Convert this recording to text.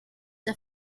der